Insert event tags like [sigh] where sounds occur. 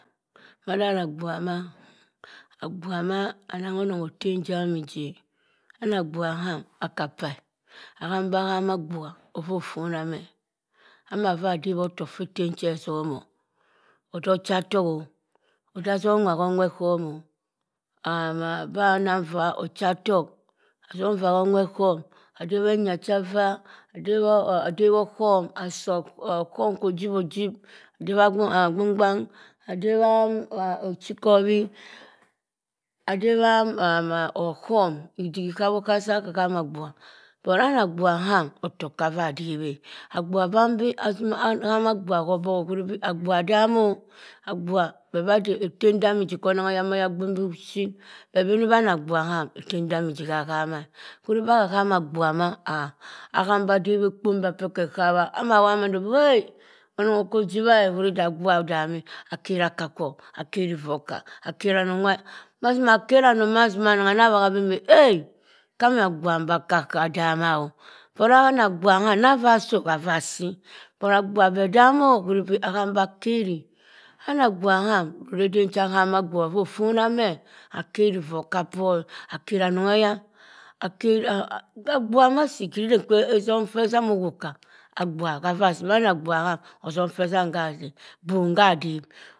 Mah rah abua mah, abua omoh ananghonong otem dami ddik anah abua ham ah kab pa ahamba ahama abua ovoh ofonah moh amah wa dewo tord keh tem cho ozumoh odoh clatohk oh odey azom nwa ho welcome oh ah mahn nang vah oclatohk ah zom ua owelcom adewe enyah kah vah adewoheaom asoh ochom koh jimo jibe adewa agbang gbang adewa echi khowi adewa oclum iddik ẹ kawoh kah hamaabua, but anah abua aham otoh kah vah daweh abua gbang ahama bua oboghe ohuribe abuiq damoh abua beh bah dey otem dami iddik koh ononghega koh oyagbin bi ship beh bani be anah abus ham otemdami dik kah hama oruh ahahama abua mah ah hambah dewe akpo bia ekeh kawah amah wamahn doh hey onong okoh jiwa eh ohum abua udam eu akerah akah kwo akehri voho cah akeh ranong mazing ukeh ranong mazi ema anong anah wanah bi eu kah bah abua le kah dama boh auah abaa aham nauaa soh kah vah si but abaa ble dumo oharibe aham bu kehri snau abua ham reh edem cha ahama bua ouoh ofonah meu akeh ri vohca por akeh ra anong heya [hesitation] owoh kah abua kah si anah abun aham ozum keu zam kau vah si bom kah mkau dehp.